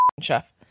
chef